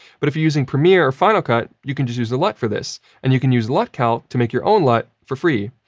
but, if you're using premiere or final cut, you can just use a lut for this and you can use lutcalc to make your own lut for free.